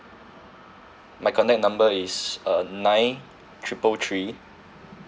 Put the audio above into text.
my contact number is uh nine triple three